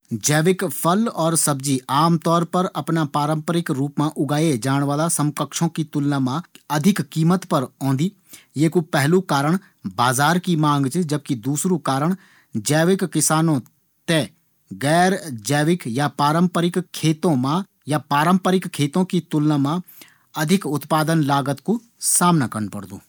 जैविक और अजैविक खाद्य पदार्थो का बीच मा सिंथेटिक रसायनों और कीमत कू सबसे बड़ू फर्क च। जैविक खाद्य पदार्थों की कीमत पारम्परिक खाद्य पदार्थों की तुलना मा पचास प्रतिशत तक अधिक ह्वे सकदी। जैविक खाद्योँ थें सिंथेटिक रासायनों कीटनाशकों और उर्वरकों का इस्तेमाल का बिना तैयार करै जांदू। जबकि अजैविक खाद्य पदार्थों का उत्पादन यूँ सभी कू इस्तेमाल करै जांदू। जैविक खाद्य पदार्थ मा मिट्टी थें समृद्ध बणोण का वास्ता खाद, पशु खाद और मलचिंग करै जांदू। वखी दूसरी तरफ अजैविक खाद्य थें बणोण मा लैब और अल्ट्रा वाइलेट लाइट कू इस्तेमाल होंदु।